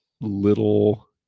little